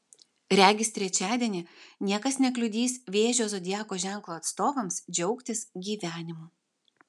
regis trečiadienį niekas nekliudys vėžio zodiako ženklo atstovams džiaugtis gyvenimu